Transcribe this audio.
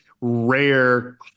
rare